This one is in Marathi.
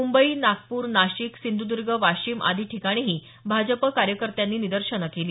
मुंबई नागपूर नाशिक सिंधुद्र्ग वाशिम आदी ठिकाणीही भाजप कार्यकर्त्यांनी निदर्शनं केली